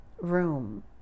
room